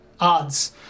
Odds